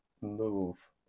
move